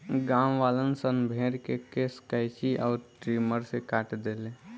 गांववालन सन भेड़ के केश कैची अउर ट्रिमर से काट देले